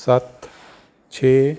ਸੱਤ ਛੇ